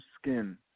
skin